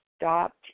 stopped